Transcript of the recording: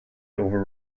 over